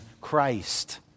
Christ